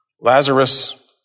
Lazarus